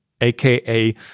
aka